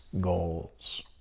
goals